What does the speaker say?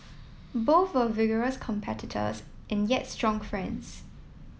both were vigorous competitors and yet strong friends